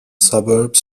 suburbs